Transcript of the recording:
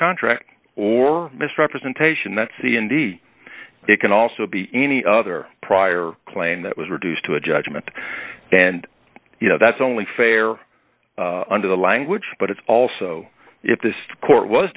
contract or misrepresentation that c n d it can also be any other prior claim that was reduced to a judgment and you know that's only fair under the language but it's also if this court was